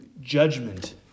judgment